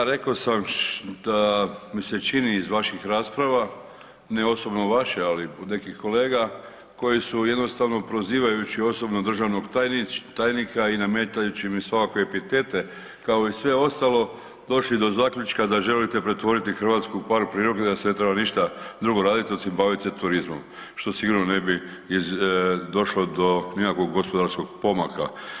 Da, rekao da sam da mi se čini iz vaših rasprava, ne osobno vaše, ali od nekih kolega koje su jednostavno prozivajući osobno državnog tajnika i nametajući mu svakakve epitete, kao i sve ostalo, došli do zaključka da želite pretvoriti Hrvatsku u park prirode i da se ne treba ništa drugo raditi, osim baviti se turizmom što sigurno ne bi došlo do nekakvog gospodarskog pomaka.